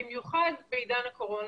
במיוחד בעידן הקורונה,